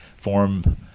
form